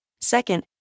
Second